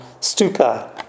stupa